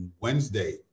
Wednesday